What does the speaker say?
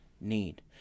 need